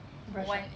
brush up